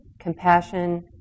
compassion